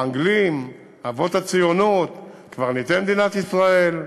האנגלים, אבות הציונות, קברניטי מדינת ישראל וכו'